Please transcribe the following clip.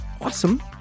Awesome